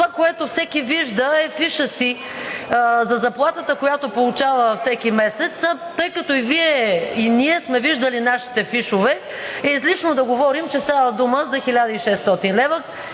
това, което всеки вижда, е фиша си за заплатата, която получава всеки месец. Тъй като и Вие, и ние, сме виждали нашите фишове, е излишно да говорим, че става дума за 1600 лв.,